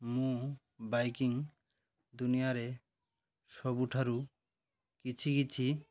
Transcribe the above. ମୁଁ ବାଇକିଂ ଦୁନିଆରେ ସବୁଠାରୁ କିଛି କିଛି